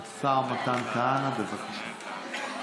השר מתן כהנא, בבקשה.